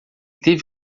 teve